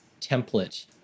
template